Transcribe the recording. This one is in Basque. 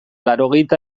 laurogeita